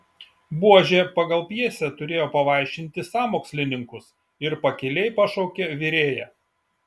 buožė pagal pjesę turėjo pavaišinti sąmokslininkus ir pakiliai pašaukė virėją